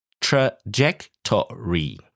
Trajectory